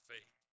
Faith